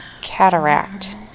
cataract